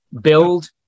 Build